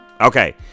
okay